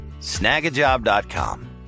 snagajob.com